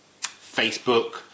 Facebook